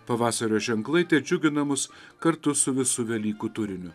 pavasario ženklai tedžiugina mus kartu su visu velykų turiniu